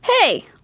Hey